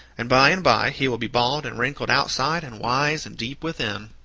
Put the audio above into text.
and by and by he will be bald and wrinkled outside, and wise and deep within.